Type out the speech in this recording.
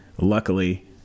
Luckily